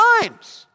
times